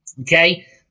okay